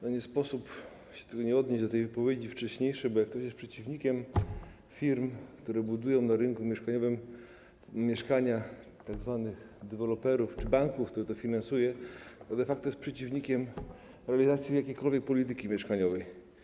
Nie sposób się tu nie odnieść do tej wcześniejszej wypowiedzi, bo jak ktoś jest przeciwnikiem firm, które budują na rynku mieszkaniowym mieszkania, tzw. deweloperów, czy banków, które to finansują, to de facto jest przeciwnikiem realizacji jakiejkolwiek polityki mieszkaniowej.